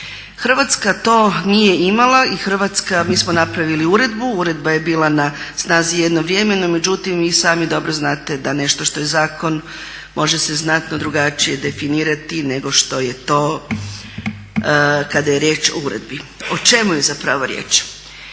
Hrvatska to nije imala i Hrvatska, mi smo napravili uredbu, uredba je bila na snazi jedno vrijeme, no međutim vi sami dobro znate da nešto što je zakon može se znatno drugačije definirati nego što je to kada je riječ o uredbi. O čemu je zapravo riječ?